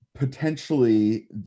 potentially